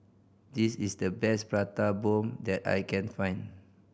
this is the best Prata Bomb that I can find